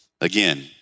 Again